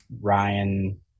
Ryan